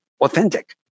authentic